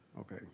Okay